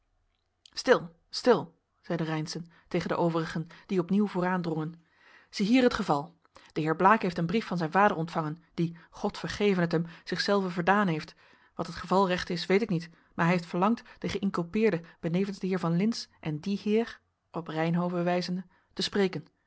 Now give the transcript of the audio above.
stil stil zeide reynszen tegen de overigen die opnieuw vooraan drongen ziehier het geval de heer blaek heeft een brief van zijn vader ontvangen die god vergeve het hem zichzelven verdaan heeft wat het geval recht is weet ik niet maar hij heeft verlangd den geïnculpeerde benevens den heer van lintz en dien heer op reynhove wijzende te spreken